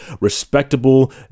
respectable